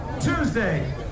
Tuesday